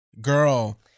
girl